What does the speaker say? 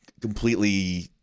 completely